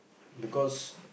because